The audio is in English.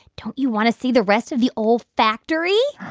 don't you want to see the rest of the olfactory?